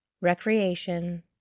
recreation